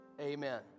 amen